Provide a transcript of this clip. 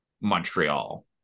Montreal